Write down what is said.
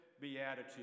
Beatitude